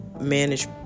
manage